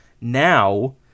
Now